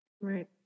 Right